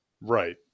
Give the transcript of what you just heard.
Right